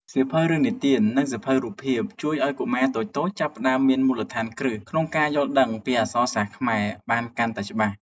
សៀវភៅរឿងនិទាន និងសៀវភៅរូបភាពជួយឱ្យកុមារតូចៗចាប់ផ្តើមមានមូលដ្ឋានគ្រឹះក្នុងការយល់ដឹងពីអក្សរសាស្ត្រខ្មែរបានកាន់តែច្បាស់។